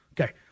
Okay